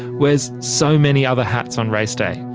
wears so many other hats on race day.